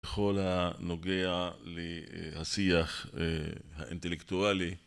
בכל הנוגע לשיח האינטלקטואלי